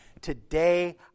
today